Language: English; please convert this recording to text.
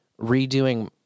redoing